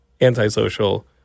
antisocial